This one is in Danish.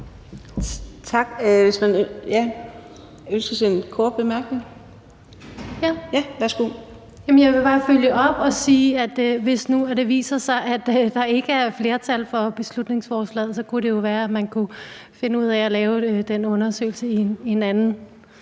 Jeg vil bare følge op og sige, at hvis nu det viser sig, at der ikke er flertal for beslutningsforslaget, kunne det jo være, at man kunne finde ud af at lave den undersøgelse i en anden